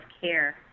care